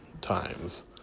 times